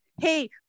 hey